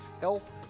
health